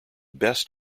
best